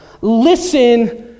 Listen